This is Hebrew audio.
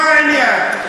מה העניין?